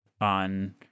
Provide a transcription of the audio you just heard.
on